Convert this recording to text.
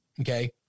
Okay